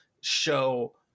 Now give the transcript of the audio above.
show